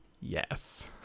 yes